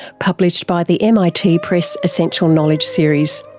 published by the mit press essential knowledge series.